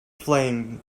flame